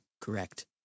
Correct